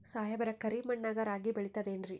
ಸಾಹೇಬ್ರ, ಕರಿ ಮಣ್ ನಾಗ ರಾಗಿ ಬೆಳಿತದೇನ್ರಿ?